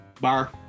Bar